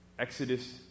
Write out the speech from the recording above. Exodus